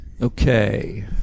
Okay